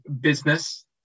business